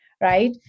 right